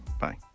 Bye